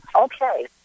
okay